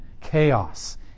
chaos